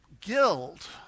guilt